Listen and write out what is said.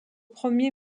premier